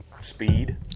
speed